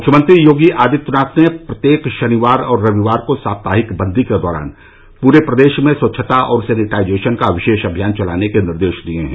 मुख्यमंत्री योगी आदित्यनाथ ने प्रत्येक शनिवार और रविवार को साप्ताहिक बंदी के दौरान पूरे प्रदेश में स्वच्छता और सैनिटाइजेशन का विशेष अभियान चलाने के निर्देश दिए हैं